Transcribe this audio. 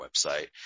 website